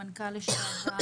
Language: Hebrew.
המנכ"ל לשעבר,